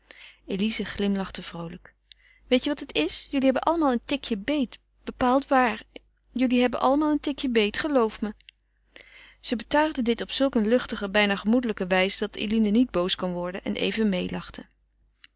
elize glimlachte vroolijk weet je wat het is jullie hebben allemaal een tikje beet bepaald waar jullie hebben allemaal een tikje beet geloof me zij betuigde dit op zulk een luchtige bijna gemoedelijke wijze dat eline niet boos kon worden en even